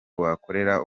wakorera